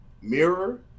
Mirror